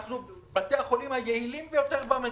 אנחנו בתי החולים היעילים ביותר במדינה,